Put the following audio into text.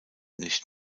nicht